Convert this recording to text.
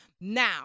Now